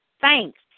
thanks